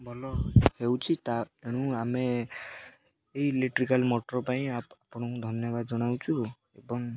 ଭଲ ହେଉଛି ତା' ତେଣୁ ଆମେ ଏଇ ଇଲେକ୍ଟ୍ରିକାଲ ମଟର ପାଇଁ ଆପଣଙ୍କୁ ଧନ୍ୟବାଦ ଜଣାଉଛୁ ଏବଂ